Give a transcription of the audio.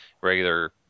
regular